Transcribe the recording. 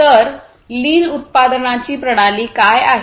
तर लीन उत्पादनाची प्रणाली काय आहे